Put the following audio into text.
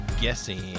guessing